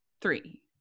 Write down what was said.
Three